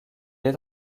est